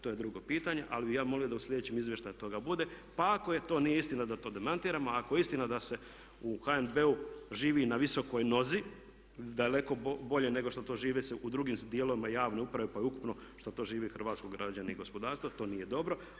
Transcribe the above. To je drugo pitanje, ali bih ja molio da u sljedećim izvještajima toga bude, pa ako to nije istina da to demantiramo, ako je istina da se u HNB-u živi na visokoj nozi daleko bolje nego što to živi se u drugim dijelovima javne uprave pa i ukupno što to živi hrvatsko građani i gospodarstvo to nije dobro.